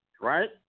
right